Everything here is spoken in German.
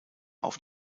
auf